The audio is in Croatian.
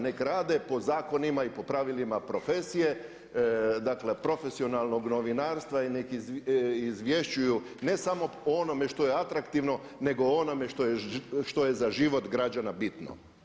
Nek' rade po zakonima i po pravilima profesije, dakle profesionalnog novinarstva i nek' izvješćuju ne samo o onome što je atraktivno nego o onome što je za život građana bitno.